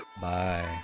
Bye